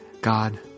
God